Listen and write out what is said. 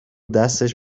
دستش